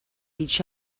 each